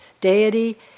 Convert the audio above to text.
deity